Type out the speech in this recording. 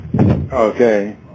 Okay